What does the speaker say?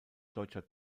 deutscher